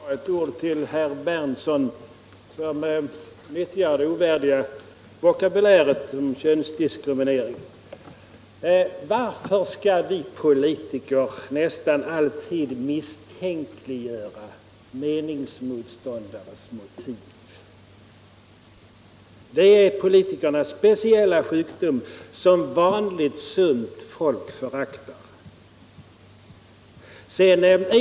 Herr talman! Jag vill bara säga några få ord till herr Berndtson, som nyttjade en ovärdig vokabulär,” könsdiskriminering”. Varför skall vi politiker nästan alltid misstänkliggöra meningsmotståndares motiv? Det är politikernas speciella sjukdom, som vanligt sunt folk föraktar.